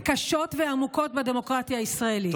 ומי שפועל לפגוע קשות ועמוקות בדמוקרטיה הישראלית?